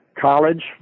college